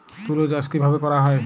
তুলো চাষ কিভাবে করা হয়?